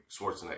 Schwarzenegger